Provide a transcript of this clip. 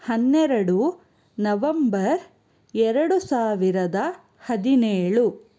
ಹನ್ನೆರಡು ನವಂಬರ್ ಎರಡು ಸಾವಿರದ ಹದಿನೇಳು